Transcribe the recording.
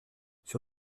sur